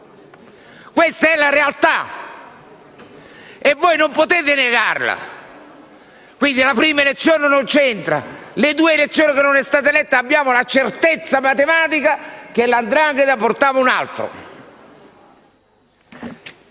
Questa è la realtà e voi non potete negarla. Quindi, la prima elezione non c'entra e nelle due elezioni in cui non è stato eletto abbiamo la certezza matematica che la 'ndrangheta portava un altro.